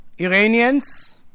Iranians